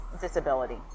disability